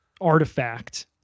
artifact